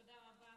תודה רבה,